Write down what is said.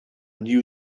knew